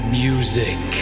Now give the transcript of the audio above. music